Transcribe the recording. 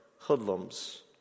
hoodlums